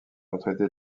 retraité